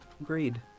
agreed